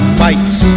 bites